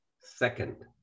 second